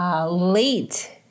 late